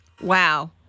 Wow